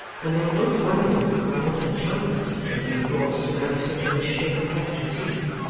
and they were both wondering by what enchantment she had been brought to marry such a misshapen wretch as he.